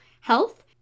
health